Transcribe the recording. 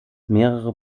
mehrere